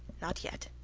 not yet.